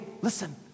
listen